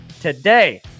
today